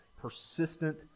Persistent